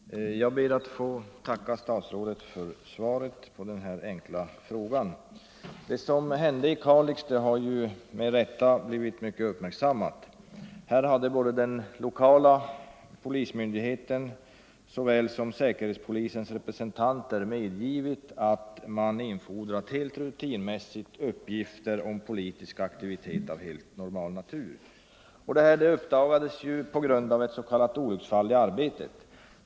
Herr talman! Jag ber att få tacka statsrådet för svaret på frågan. Det som hände i Kalix har med rätta blivit mycket uppmärksammat. Här hade såväl den lokala polismyndigheten som säkerhetspolisens representanter medgivit att man helt rutinmässigt infordrat uppgifter om politisk aktivitet av helt normal natur. Detta uppdagades på grund av ett s.k. olycksfall i arbetet.